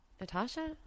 Natasha